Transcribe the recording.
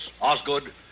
Osgood